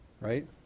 right